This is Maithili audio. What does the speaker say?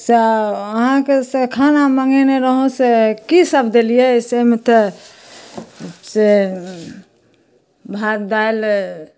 सएह आहाँके से खाना मङ्गेने रहौं से की सब देलियै से ओहिमे तऽ से भात दालि